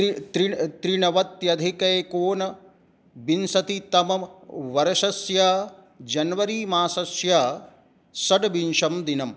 त्रि त्रिण् त्रिनवत्यधिकैकोनविंशतितमवर्षस्य जन्वरी मासस्य षड्विंशं दिनम्